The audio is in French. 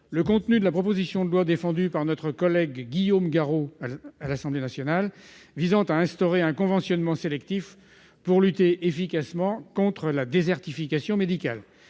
le contenu de la proposition de loi, défendue par notre collègue Guillaume Garot à l'Assemblée nationale, visant à instaurer un conventionnement sélectif, pour lutter efficacement contre la désertification médicale.